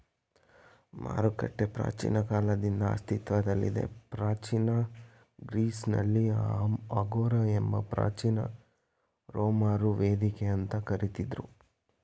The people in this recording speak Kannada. ಮಾರುಕಟ್ಟೆ ಪ್ರಾಚೀನ ಕಾಲದಿಂದ ಅಸ್ತಿತ್ವದಲ್ಲಿದೆ ಪ್ರಾಚೀನ ಗ್ರೀಸ್ನಲ್ಲಿ ಅಗೋರಾ ಎಂದು ಪ್ರಾಚೀನ ರೋಮರು ವೇದಿಕೆ ಅಂತ ಕರಿತಿದ್ರು